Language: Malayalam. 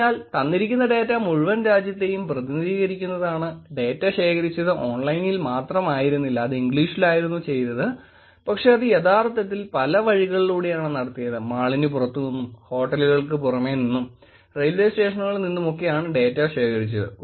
അതിനാൽ തന്നിരിക്കുന്ന ഡേറ്റ മുഴുവൻ രാജ്യത്തെയും പ്രതിനിധീകരിക്കുന്നതാണ് ഡേറ്റ ശേഖരിച്ചത് ഓൺലൈനിൽ മാത്രം ആയിരുന്നില്ല അത് ഇംഗ്ലീഷിലായിരുന്നു ചെയ്തത് പക്ഷെ ഇത് യഥാർത്ഥത്തിൽ പല വഴികളിലൂടെയാണ് നടത്തിയത് മാളിന് പുറത്തു നിന്നും ഹോട്ടലുകൾക്ക് പുറമെ നിന്നും റെയിൽവേ സ്റ്റേഷനുകളിൽ നിന്നുമൊക്കെയാണ് ഡേറ്റ ശേഖരിച്ചത്